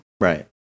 Right